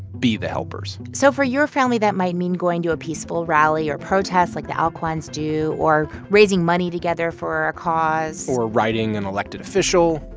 be the helpers so for your family, that might mean going to a peaceful rally or protest, like the aucoins do, or raising money together for a cause. or writing an elected official.